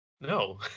No